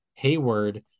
Hayward